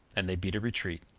and they beat a retreat.